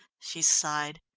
she sighed.